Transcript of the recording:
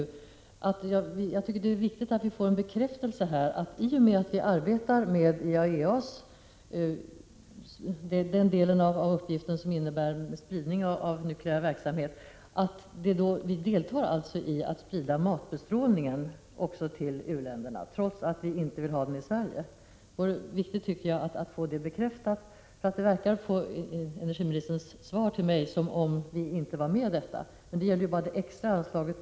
Jag tycker det är viktigt att vi får en bekräftelse — att vi i och med att vi arbetar med den delen av IAEA:s uppgift som innebär spridning av nukleär verksamhet också deltar i spridningen av matbestrålning till u-länderna, trots att vi inte vill ha den i Sverige. Det verkar på energiministerns svar till mig som om vi inte vore med i detta. Det gäller emellertid bara det extra anslaget.